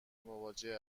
مواجه